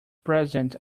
president